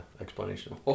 explanation